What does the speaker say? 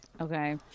okay